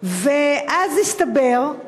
ואז הסתבר,